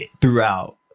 throughout